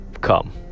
come